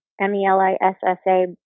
M-E-L-I-S-S-A